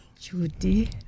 Judy